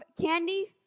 candy